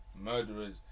murderers